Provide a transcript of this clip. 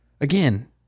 Again